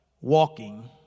walking